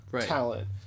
Talent